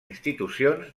institucions